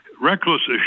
reckless